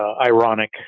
ironic